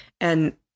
And-